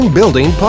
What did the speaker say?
Building